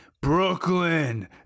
Brooklyn